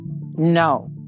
No